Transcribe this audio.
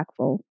impactful